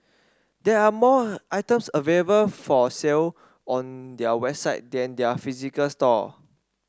there are more items available for sale on their website than their physical store